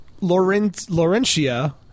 Laurentia